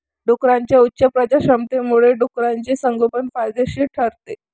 डुकरांच्या उच्च प्रजननक्षमतेमुळे डुकराचे संगोपन फायदेशीर ठरते